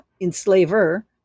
enslaver